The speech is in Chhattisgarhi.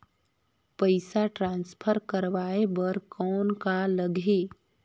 पइसा ट्रांसफर करवाय बर कौन का लगही?